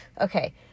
Okay